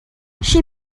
she